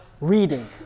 reading